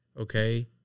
Okay